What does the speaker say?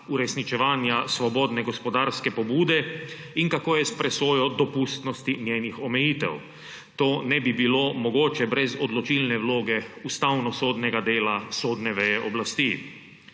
uresničevanja svobodne gospodarske pobude in kako je s presojo dopustnosti njenih omejitev. To ne bi bilo mogoče brez odločilne vloge ustavnosodnega dela sodne veje oblasti.